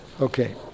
Okay